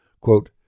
Quote